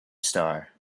star